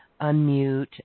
unmute